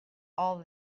all